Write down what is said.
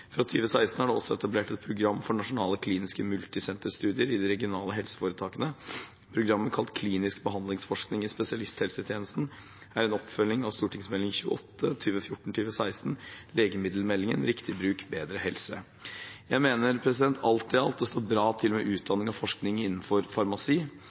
Fra 2016 er det også etablert et program for nasjonale kliniske multisenterstudier i de regionale helseforetakene. Programmet kalt klinisk behandlingsforskning i spesialisthelsetjenesten er en oppfølging av Meld. St. 28 for 2014–2015, Legemiddelmeldingen, Riktig bruk – bedre helse. Jeg mener alt i alt det står bra til med utdanning og forskning innenfor farmasi.